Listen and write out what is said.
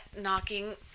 knocking